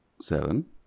seven